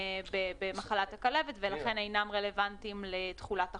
במחלת הכלבת ולכן אינם רלוונטיים לתחולת החוק.